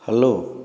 hello